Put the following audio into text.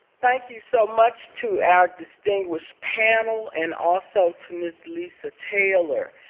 thank you so much to our distinguished panel and also to ms. lisa taylor.